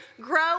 Grow